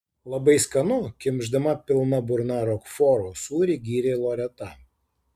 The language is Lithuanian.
labai skanu kimšdama pilna burna rokforo sūrį gyrė loreta